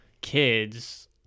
kids